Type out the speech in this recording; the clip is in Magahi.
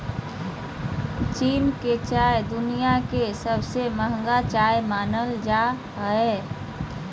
चीन के चाय दुनिया के सबसे महंगा चाय मानल जा हय